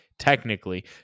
Technically